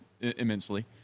immensely